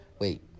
Wait